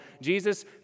Jesus